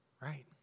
right